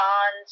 on